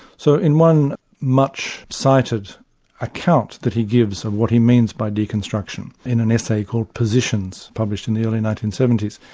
so in one much cited account that he gives on what he means by deconstruction, in an essay called positions, published in the early nineteen seventy s,